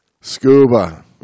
Scuba